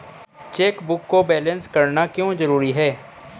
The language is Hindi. चेकबुक को बैलेंस करना क्यों जरूरी है?